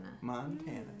Montana